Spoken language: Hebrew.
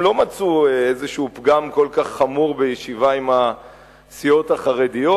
לא מצאו איזה פגם כל כך חמור בישיבה עם הסיעות החרדיות.